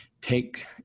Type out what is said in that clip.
take